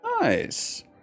Nice